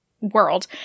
world